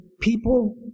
people